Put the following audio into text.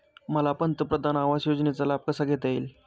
मला पंतप्रधान आवास योजनेचा लाभ कसा घेता येईल?